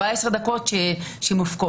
14 דקות שמופקעות.